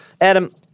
Adam